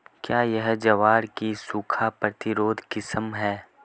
क्या यह ज्वार की सूखा प्रतिरोधी किस्म है?